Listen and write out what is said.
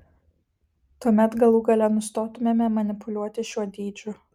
tuomet galų gale nustotumėme manipuliuoti šiuo dydžiu